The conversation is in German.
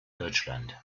deutschland